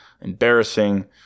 embarrassing